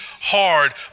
hard